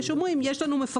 יש אומרים: יש לנו מפקח,